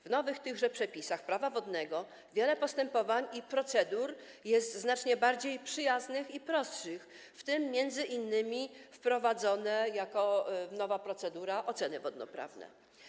W tychże nowych przepisach Prawa wodnego wiele postępowań i procedur jest znacznie bardziej przyjaznych i prostszych, w tym m.in. wprowadzone jako nowa procedura oceny wodnoprawne.